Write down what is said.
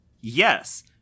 yes